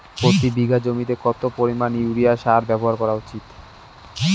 প্রতি বিঘা জমিতে কত পরিমাণ ইউরিয়া সার ব্যবহার করা উচিৎ?